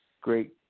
great